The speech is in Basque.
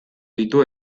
ditu